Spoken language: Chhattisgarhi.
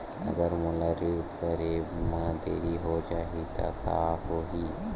अगर मोला ऋण करे म देरी हो जाहि त का होही?